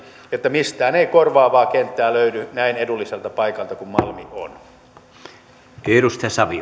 että mistään ei korvaavaa kenttää löydy näin edulliselta paikalta kuin malmi on